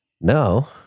No